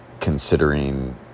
considering